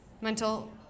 mental